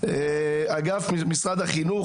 אגב משרד החינוך,